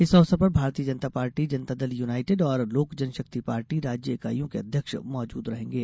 इस अवसर पर भारतीय जनता पार्टी जनता दल यूनाईटेड और लोक जनशक्ति पार्टी राज्य ईकाईयों के अध्यक्ष मौजूद रहेंगे